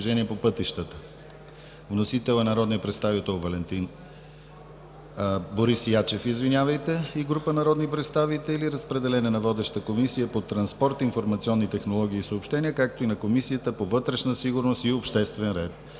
Вносител е народният представител Борис Ячев и група народни представители. Разпределен е на водещата Комисия по транспорт, информационни технологии и съобщения, както и на Комисията по вътрешна сигурност и обществен ред.